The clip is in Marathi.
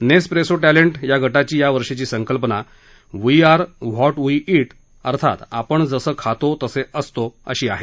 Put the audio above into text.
नेसप्रेसो टॅलेंट या गटाची या वर्षीची संकल्पना we are what we eat अर्थात आपण जसं खातो तसे असतो अशी आहे